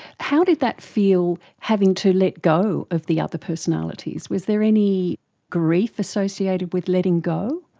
how did that feel having to let go of the other personalities? was there any grief associated with letting go?